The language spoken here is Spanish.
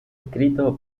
escrito